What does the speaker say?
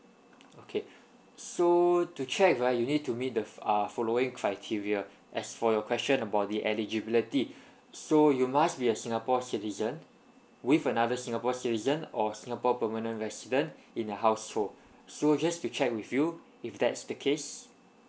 okay so to check right you need to the f~ uh following criteria as for your question about the eligibility so you must be a singapore citizen with another singapore citizen or singapore permanent resident in your household so just to check with you if that's the case